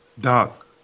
Doc